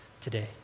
today